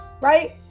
right